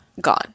gone